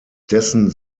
dessen